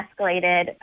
escalated